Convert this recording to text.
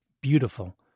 beautiful